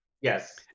Yes